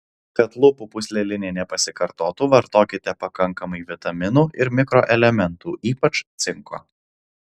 kad lūpų pūslelinė nepasikartotų vartokite pakankamai vitaminų ir mikroelementų ypač cinko